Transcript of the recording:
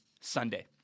Sunday